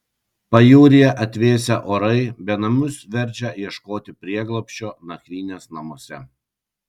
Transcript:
pajūryje atvėsę orai benamius verčia ieškoti prieglobsčio nakvynės namuose